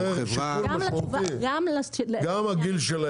זה יוצר בעיה שתדעי